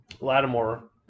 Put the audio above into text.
Lattimore